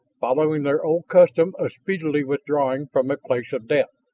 following their old custom of speedily withdrawing from a place of death.